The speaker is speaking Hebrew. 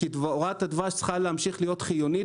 כי דבורת הדבש צריכה להמשיך להיות חיונית.